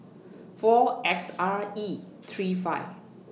four S R E three five